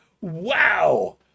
Wow